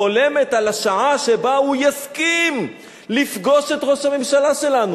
חולמת על השעה שבה הוא יסכים לפגוש את ראש הממשלה שלנו.